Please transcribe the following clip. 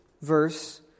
verse